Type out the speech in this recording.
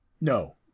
No